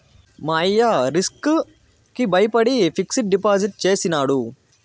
మా అయ్య రిస్క్ కి బయపడి ఫిక్సిడ్ డిపాజిట్ చేసినాడు